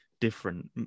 different